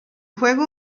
juego